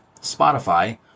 Spotify